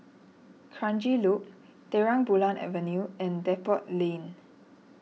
Kranji Loop Terang Bulan Avenue and Depot Lane